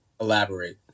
Elaborate